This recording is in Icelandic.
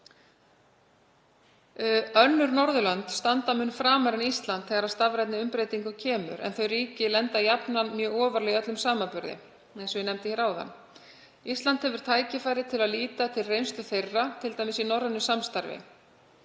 Önnur Norðurlönd standa mun framar en Ísland þegar að stafrænni umbreytingu kemur, en þau ríki lenda jafnan mjög ofarlega í öllum samanburði, eins og ég nefndi áðan. Ísland hefur tækifæri til að líta til reynslu þeirra, t.d. í norrænu samstarfi.